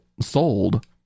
sold